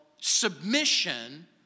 submission